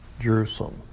Jerusalem